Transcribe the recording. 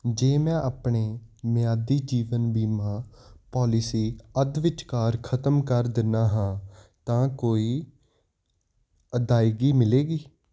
ਜੇ ਮੈਂ ਆਪਣੇ ਮਿਆਦੀ ਜੀਵਨ ਬੀਮਾ ਪਾਲਿਸੀ ਅੱਧ ਵਿਚਕਾਰ ਖ਼ਤਮ ਕਰ ਦਿੰਦਾ ਹਾਂ ਤਾਂ ਕੋਈ ਅਦਾਇਗੀ ਮਿਲੇਗੀ